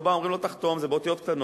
הוא בא, אומרים לו: תחתום, זה באותיות קטנות.